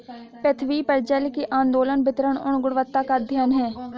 पृथ्वी पर जल के आंदोलन वितरण और गुणवत्ता का अध्ययन है